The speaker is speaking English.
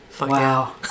Wow